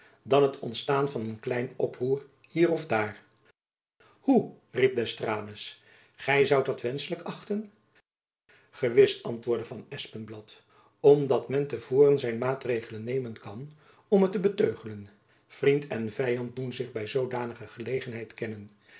dan het ontstaan van een klein oproer hier of daar hoe riep d'estrades gy zoudt dat wenschlijk achten gewis antwoordde van espenblad om dat men te voren zijn maatregelen nemen kan om het te beteugelen vriend en vyand doen zich by zoodanige gelegenheid kennen